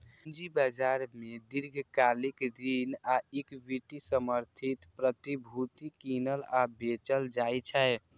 पूंजी बाजार मे दीर्घकालिक ऋण आ इक्विटी समर्थित प्रतिभूति कीनल आ बेचल जाइ छै